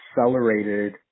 accelerated